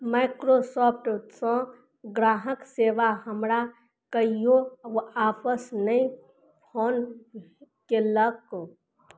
माइक्रोसॉफ्टसँ ग्राहक सेवा हमरा कहियो आपस नहि फोन कयलक